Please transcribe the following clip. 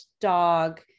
dog